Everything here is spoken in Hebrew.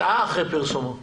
שעה אחרי פרסומו.